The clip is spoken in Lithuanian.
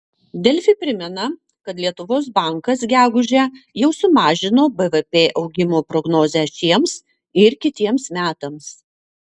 delfi primena kad lietuvos bankas gegužę jau sumažino bvp augimo prognozę šiems ir kitiems metams